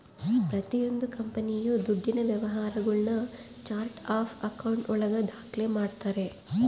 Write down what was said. ಪ್ರತಿಯೊಂದು ಕಂಪನಿಯು ದುಡ್ಡಿನ ವ್ಯವಹಾರಗುಳ್ನ ಚಾರ್ಟ್ ಆಫ್ ಆಕೌಂಟ್ ಒಳಗ ದಾಖ್ಲೆ ಮಾಡ್ತಾರೆ